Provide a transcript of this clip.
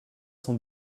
cent